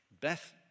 Beth